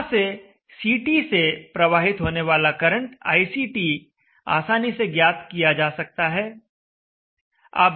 यहां से CT से प्रवाहित होने वाला करंट iCT आसानी से ज्ञात किया जा सकता है